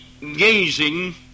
gazing